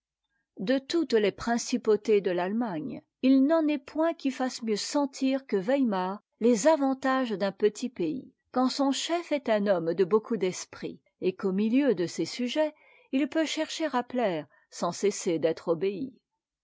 de toutes les principautés de l'allemagne il n'en est point qui fasse mieux sentir que weimar les avantages d'un petit pays quand son chef est un homme de beaucoup d'esprit et qu'au milieu de ses sujets il peut chercher à plaire sans cesser d'être obéi